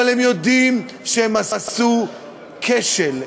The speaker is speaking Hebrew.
אבל הם יודעים שהם עשו כשל,